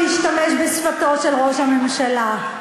אם נשתמש בשפתו של ראש הממשלה.